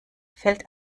fällt